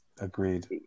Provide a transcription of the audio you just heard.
agreed